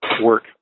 work